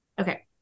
Okay